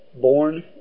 Born